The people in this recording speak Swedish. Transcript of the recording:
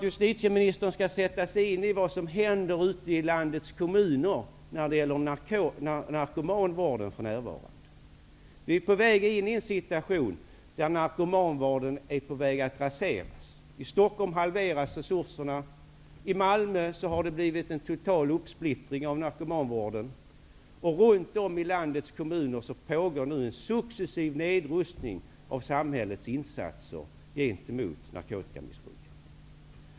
Justitieministern måste när det gäller narkomanvården sätta sig in i vad som för närvarande händer ute i landets kommuner. Narkomanvården är på väg att raseras. I Stockholm halveras resurserna. I Malmö har narkomanvården totalt splittrats upp. Runt om i landets kommuner pågår en successiv nedrustning av samhällets insatser gentemot narkotikamissbruket.